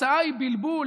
והתוצאה היא בלבול,